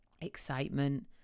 excitement